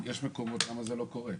זה לא קורה?